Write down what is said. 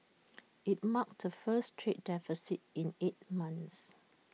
IT marked the first trade deficit in eight months